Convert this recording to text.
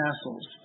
castles